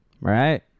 Right